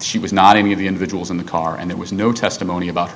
she was not any of the individuals in the car and there was no testimony about her